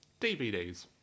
DVDs